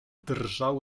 drżał